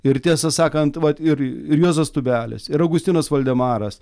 ir tiesą sakant vat ir ir juozas tūbelis ir augustinas valdemaras